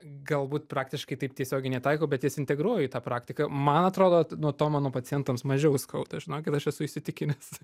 galbūt praktiškai taip tiesiogiai netaikau bet jas integruoju į praktiką man atrodo nuo to mano pacientams mažiau skauda žinokit aš esu įsitikinęs